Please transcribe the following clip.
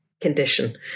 condition